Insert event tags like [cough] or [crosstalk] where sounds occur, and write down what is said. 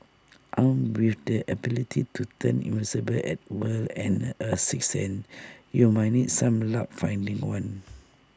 armed with the ability to turn invisible at will and A [noise] sixth and you might need some luck finding one